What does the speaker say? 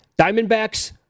Diamondbacks